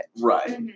Right